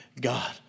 God